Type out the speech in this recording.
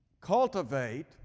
cultivate